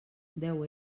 deu